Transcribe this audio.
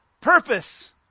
purpose